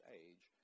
age